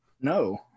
No